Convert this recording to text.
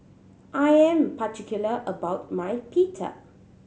I am particular about my Pita